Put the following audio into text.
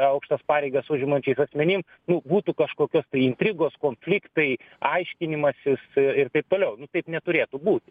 aukštas pareigas užimančiais asmenim nu būtų kažkokios tai intrigos konfliktai aiškinimasis ir taip toliau taip neturėtų būti